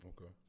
Okay